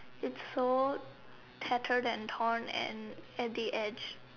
it so tattered and torn and at the edge